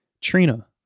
Trina